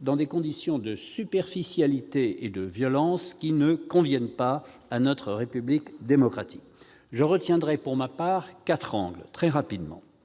dans des conditions de superficialité et de violence qui ne conviennent pas à notre République démocratique. Je retiendrai, pour ma part, quatre angles